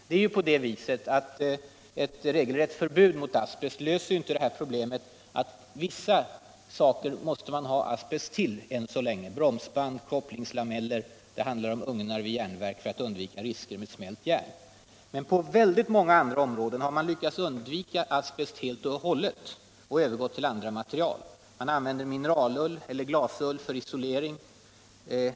Det är ju på det viset att ett regelrätt förbud mot asbest inte löser det problemet att man ännu så länge måste ha asbest till vissa saker: bromsband, kopplingslameller, ugnar vid järnverk för att undvika risker med smält järn. Men på väldigt många andra områden har man lyckats undvika asbest helt och hållet och övergått till ersättningsmaterial. Man använder mineralull eller glasull för isolering.